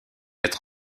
être